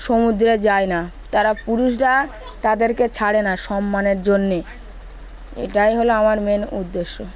সমুদ্রে যায় না তারা পুরুষরা তাদেরকে ছাড়ে না সম্মানের জন্যে এটাই হলো আমার মেন উদ্দেশ্য